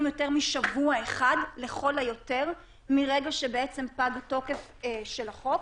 יותר משבוע אחד לכל היותר מרגע שפג תוקף החוק.